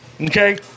okay